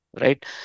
right